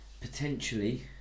potentially